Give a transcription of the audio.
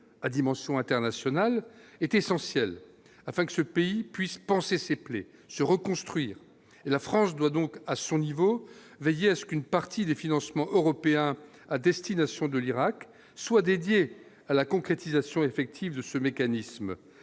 à dimension internationale est essentielle afin que ce pays puisse panser ses plaies se reconstruire la France doit donc à son niveau, veiller à ce qu'une partie des financements européens à destination de l'Irak soit dédié à la concrétisation effective de ce mécanisme